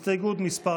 הסתייגות מס'